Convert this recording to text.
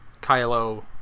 kylo